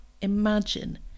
imagine